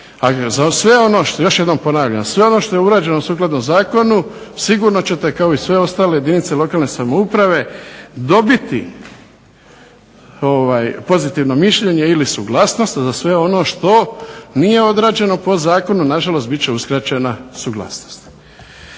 sve ono što je urađeno sukladno zakonu, sigurno ćete kao i sve ostale jedinice lokalne samouprave dobiti pozitivno mišljenje ili suglasnost za sve ono što nije određeno po zakonu nažalost bit će uskraćena suglasnost.